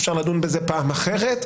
אפשר לדון בזה פעם אחרת,